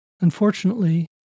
Unfortunately